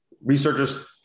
researchers